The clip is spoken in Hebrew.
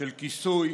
של כיסוי,